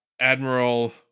Admiral